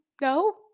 no